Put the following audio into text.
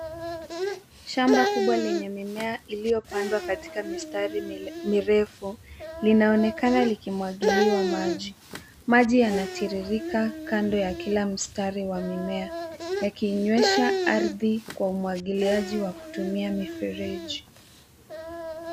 Shamba kubwa lenye mimea ilio pandwa katika mistari mirefu linaonekana likimwagiliwa maji. Maji yanatiririka kando ya kila mstari wa mimea ya kiinywesha ardhi kwa umwagiliaji wa kutumia mifereji.